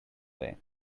way